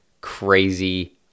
crazy